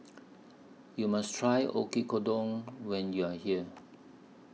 YOU must Try Oyakodon when YOU Are here